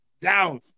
down